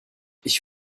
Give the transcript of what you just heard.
ich